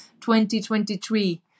2023